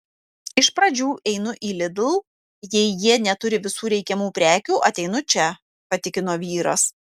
iš pradžių einu į lidl jei jie neturi visų reikiamų prekių ateinu čia patikino vyras